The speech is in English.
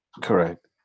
Correct